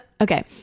Okay